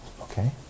Okay